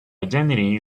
identity